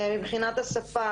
מבחינת השפה,